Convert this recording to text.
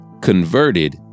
converted